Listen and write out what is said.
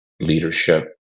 leadership